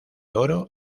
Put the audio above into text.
oro